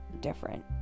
different